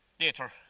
later